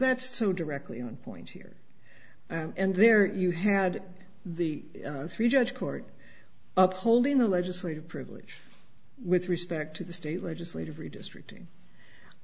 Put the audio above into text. that's so directly on point here and there you had the three judge court upholding the legislative privilege with respect to the state legislative redistricting